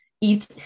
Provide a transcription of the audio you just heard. eat